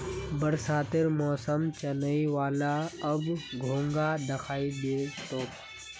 बरसातेर मौसम चनइ व ले, अब घोंघा दखा दी तोक